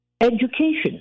education